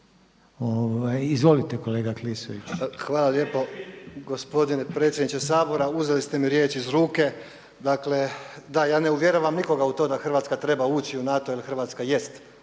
Joško (SDP)** Hvala lijepo gospodine predsjedniče Sabora. Uzeli ste mi riječ iz ruke, dakle ja ne uvjeravam nikoga u to da Hrvatska treba ući u NATO jer Hrvatska jest